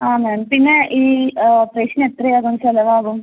ആ മാം പിന്നെ ഈ ഓപ്പറേഷന് എത്രയാകും ചിലവാകും